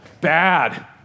Bad